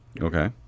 okay